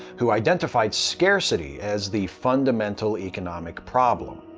who identified scarcity as the fundamental economic problem.